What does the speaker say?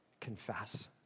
Confess